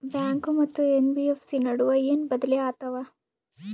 Bank ಮತ್ತ NBFC ನಡುವ ಏನ ಬದಲಿ ಆತವ?